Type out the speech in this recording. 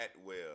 Atwell